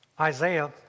Isaiah